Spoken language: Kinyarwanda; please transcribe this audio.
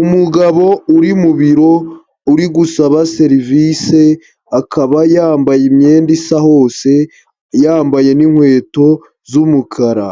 Umugabo uri mu biro uri gusaba serivise, akaba yambaye imyenda isa hose, yambaye n'inkweto z'umukara.